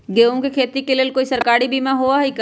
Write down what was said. गेंहू के खेती के लेल कोइ सरकारी बीमा होईअ का?